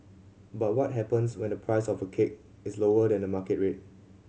but what happens when the price of a cake is lower than the market rate